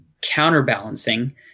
counterbalancing